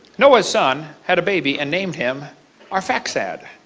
noah son had a baby and name him arphaxhad.